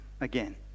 again